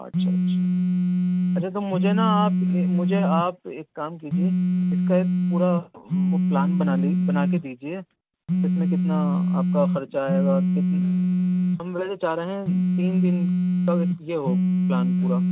اچھا اچھا اچھا تب مجھے نا آپ مجھے آپ ایک کام کیجیے اس کا ایک پورا وہ پلان بنا لی بنا کے دیجیے جس میں کتنا آپ کا خرچہ آئے گا کمرے جو چاہ رہے ہیں تین دن کا یہ ہو پلان پورا